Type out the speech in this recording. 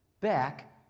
back